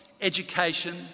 education